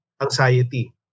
Anxiety